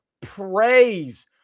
praise